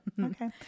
okay